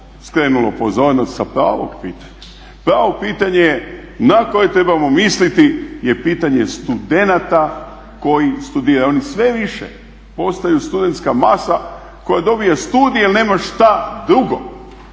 skrenulo pozornost sa pravog pitanja. Pravo pitanje je na koje trebamo misliti je pitanje studenata koji studiraju. Oni sve više postaju studentska masa koja dobije studije jer nema šta drugo.